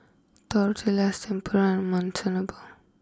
Tortillas Tempura and Monsunabe